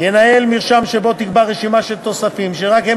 ינהל מרשם שבו תיקבע רשימה של תוספים שרק הם